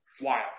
wild